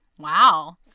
Wow